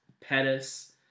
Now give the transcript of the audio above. Pettis